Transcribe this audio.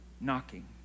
knocking